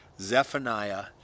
Zephaniah